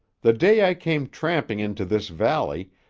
the day i came tramping into this valley,